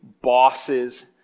bosses